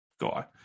guy